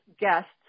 guests